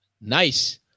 Nice